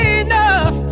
enough